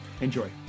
Enjoy